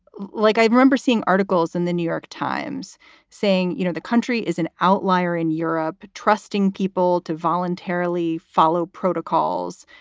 like i remember seeing articles in the new york times saying, you know, the country is an outlier in europe, trusting people to voluntarily follow protocols.